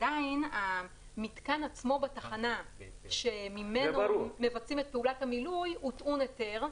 עדיין המתקן עצמו בתחנה שממנו מבצעים את פעולת המילוי הוא טעון היתר,